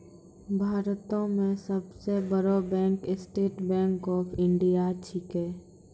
भारतो मे सब सं बड़ो bank State Bank of India छिकै